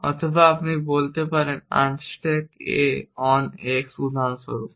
অথবা আপনি বলতে পারেন আনস্টেক a অন x উদাহরণস্বরূপ